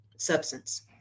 substance